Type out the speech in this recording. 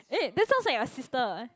eh that sounds like your sister eh